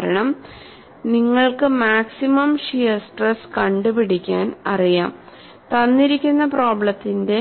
കാരണം നിങ്ങൾക്കു maximum shear stress കണ്ടുപിടിക്കാൻ അറിയാംതന്നിരിക്കുന്ന പ്രോബ്ലെത്തിന്റെ